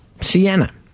Sienna